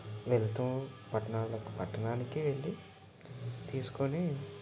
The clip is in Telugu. వెళ్తూ పట్టణాలకు పట్టణానికే వెళ్ళి తీసుకోని